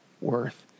worth